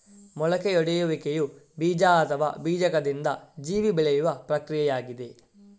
ಮೊಳಕೆಯೊಡೆಯುವಿಕೆಯು ಬೀಜ ಅಥವಾ ಬೀಜಕದಿಂದ ಜೀವಿ ಬೆಳೆಯುವ ಪ್ರಕ್ರಿಯೆಯಾಗಿದೆ